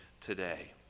today